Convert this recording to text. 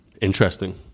interesting